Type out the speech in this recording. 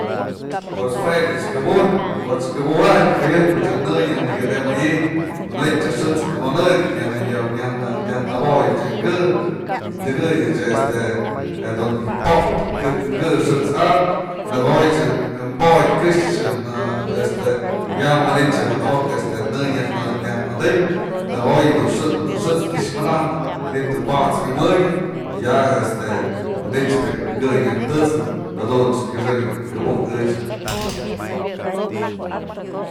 pues jue ech këbu'ujë, koch këbu'ujayn jëyëp je në nyaj nëkëtemëyi, manytë je xë'ëts konëk, nyaj- nyaj nëbodë jen kë'ë, dekëyëch este jedun pop'pë kë xë'ët's am, nëkoyë jen bodyë këxë në este, ya manytë jadaok në nyaj nëkëtemëm në ko'o dun xë'ëts kyëx manajnë manytë wat's myamënyë y ya este manytë bi'i kë nyaj tët'snë jadun kyëxëk këbujy ëch.